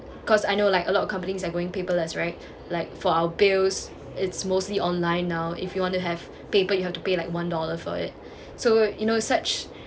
cause I know like a lot of companies are going paperless right like for our bills it's mostly online now if you want to have paper you have to pay like one dollar for it so you know such